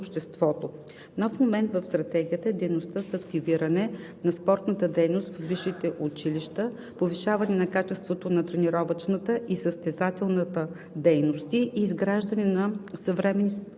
Нов момент в Стратегията е дейността за активиране на спортната дейност във висшите училища, повишаване на качеството на тренировъчната и състезателната дейности, и изграждане на съвременна спортна